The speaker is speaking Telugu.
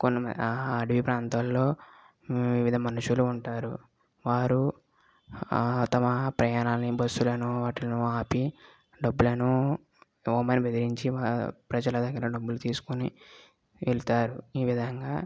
కొంత మంది అడవి ప్రాంతాలలో వివిధ మనుషులు ఉంటారు వారు తమ ప్రయాణాలను బస్సులను వాటిని ఆపి డబ్బులను ఇవ్వమని బెదిరించి వారు ప్రజల దగ్గర డబ్బులు తీసుకుని వెళ్తారు ఈ విధంగా